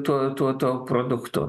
tuo tuo tuo produktu